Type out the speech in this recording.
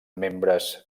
membres